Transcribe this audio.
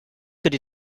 could